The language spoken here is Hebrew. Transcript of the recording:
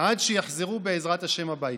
עד שיחזרו הביתה,